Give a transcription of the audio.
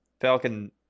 Falcon